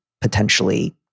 potentially